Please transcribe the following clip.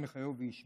ה' יחייהו וישמרהו,